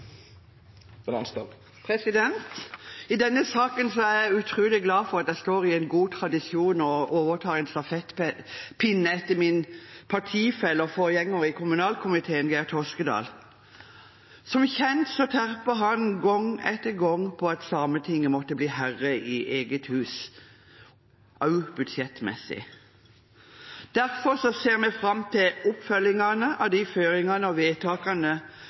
seg. I denne saken er jeg utrolig glad for at jeg står i en god tradisjon og overtar en stafettpinne etter min partifelle og forgjenger i kommunalkomiteen, Geir Toskedal. Som kjent terpet han gang etter gang på at Sametinget måtte bli herre i eget hus, også budsjettmessig. Derfor ser vi fram til oppfølgingen av de føringene og vedtakene